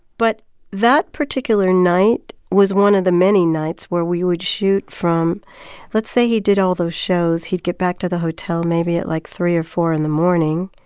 but that particular night was one of the many nights where we would shoot from let's say he did all those shows. he'd get back to the hotel maybe at, like, three or four in the morning.